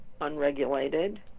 unregulated